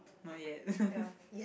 not yet